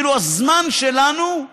כאילו הזמן שלנו,